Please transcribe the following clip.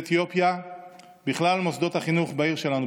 אתיופיה בכלל מוסדות החינוך בעיר שלנו,